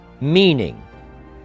meaning